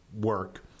work